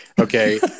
Okay